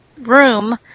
room